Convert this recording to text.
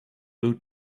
blue